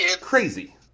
crazy